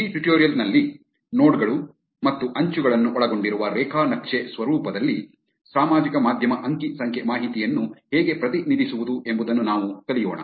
ಈ ಟ್ಯುಟೋರಿಯಲ್ ನಲ್ಲಿ ನೋಡ್ ಗಳು ಮತ್ತು ಅಂಚುಗಳನ್ನು ಒಳಗೊಂಡಿರುವ ರೇಖಾ ನಕ್ಷೆ ಸ್ವರೂಪದಲ್ಲಿ ಸಾಮಾಜಿಕ ಮಾಧ್ಯಮ ಅಂಕಿ ಸಂಖ್ಯೆ ಮಾಹಿತಿಯನ್ನು ಹೇಗೆ ಪ್ರತಿನಿಧಿಸುವುದು ಎಂಬುದನ್ನು ನಾವು ಕಲಿಯೋಣ